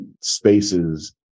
spaces